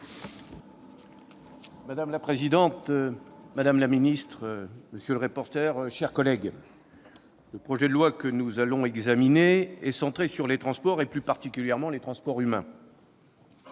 Madame la présidente, madame la ministre, mes chers collègues, le projet de loi que nous allons examiner est centré sur les transports, plus particulièrement sur les transports humains